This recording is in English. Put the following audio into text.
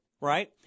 right